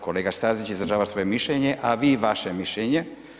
Kolega Stazić izražava svoje mišljenje, a vi vaše mišljenje.